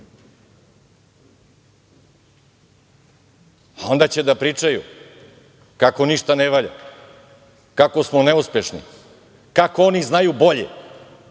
A onda će da pričaju kako ništa ne valja, kako smo neuspešni, kako oni znaju bolje.